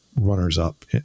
runners-up